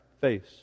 face